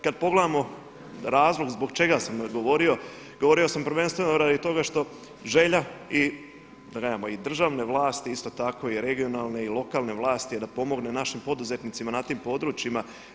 Kad pogledamo razlog zbog čega sam odgovorio, govorio sam prvenstveno radi toga što želja i, da tako kažemo, državne vlasti isto tako, i regionalne, i lokalne vlasti, da pomogne našim poduzetnicima na tim područjima.